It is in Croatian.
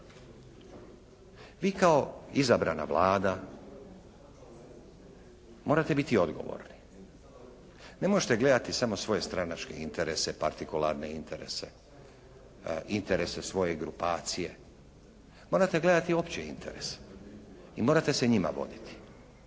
Vi kao izabrana Vlada morate biti odgovorni. Ne možete gledati samo svoje stranačke interese, partikularne interese, interese svoje grupacije. Morate gledati opće interese i morate se njima voditi.